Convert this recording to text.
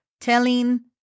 telling